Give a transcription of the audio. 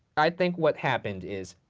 i think what happened is,